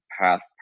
past